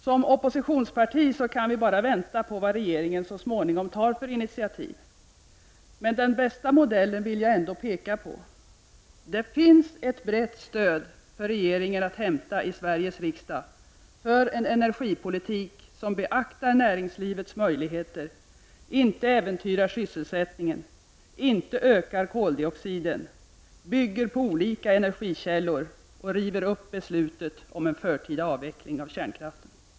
Som oppositionsparti kan vi bara vänta på vad regeringen tar för initiativ så småningom. Men den bästa modellen vill jag ändå framhålla: Det finns ett brett stöd för regeringen att hämta i Sveriges riksdag för en energipolitik som beaktar näringslivets möjligheter och inte äventyrar sysselsättningen, inte ökar koldioxidutsläppen, bygger på olika energikällor och river upp beslutet om en förtida avveckling av kärnkraften.